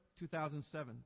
2007